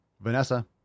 Vanessa